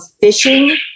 fishing